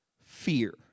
fear